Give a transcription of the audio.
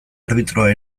arbitroa